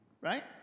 right